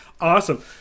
awesome